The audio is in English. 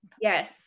Yes